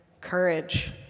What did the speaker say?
courage